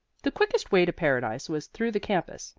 the quickest way to paradise was through the campus,